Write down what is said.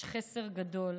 ויש חסר גדול.